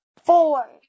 four